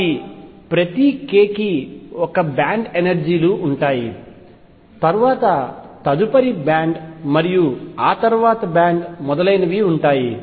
కాబట్టి ప్రతి k కి ఒక బ్యాండ్ ఎనర్జీ లు ఉంటాయి తరువాత తదుపరి బ్యాండ్ మరియు ఆ తరువాత బ్యాండ్ మొదలైనవి ఉంటాయి